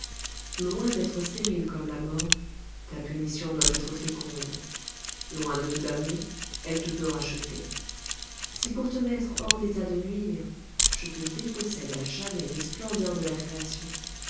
loin d'être stérile comme la mort ta punition doit être féconde loin de te damner elle te peut racheter si pour te mettre hors d'état de nuire je te dépossède à jamais des splendeurs de la création